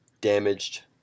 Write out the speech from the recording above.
damaged